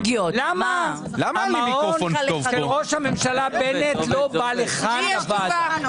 למה המעון של ראש הממשלה בנט לא בא לכאן לוועדה?